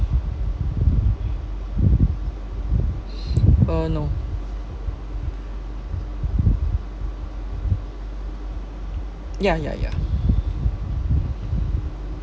uh no ya ya ya